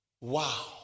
wow